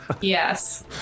Yes